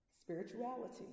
spirituality